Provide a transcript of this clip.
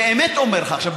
באמת אומר לך עכשיו,